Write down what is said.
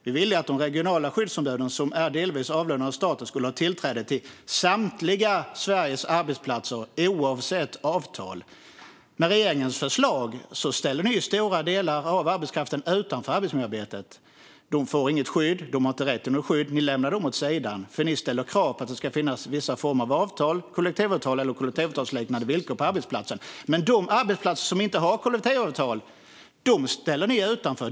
Vi ville att de regionala skyddsombuden, som delvis är avlönade av staten, skulle ha tillträde till samtliga Sveriges arbetsplatser oavsett avtal. Med regeringens förslag ställer ni stora delar av arbetskraften utanför arbetsmiljöarbetet. De får inget skydd. De har inte rätt till något skydd. Ni lämnar dem åt sidan, för ni ställer krav på att det ska finnas vissa former av avtal, kollektivavtal eller kollektivavtalsliknande villkor på arbetsplatsen. Men de platser som inte har kollektivavtal ställer ni utanför.